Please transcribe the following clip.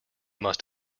must